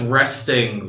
resting